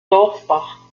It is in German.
dorfbach